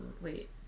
wait